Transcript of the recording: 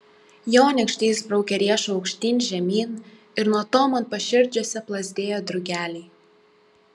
jo nykštys braukė riešu aukštyn žemyn ir nuo to man paširdžiuose plazdėjo drugeliai